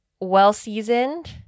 well-seasoned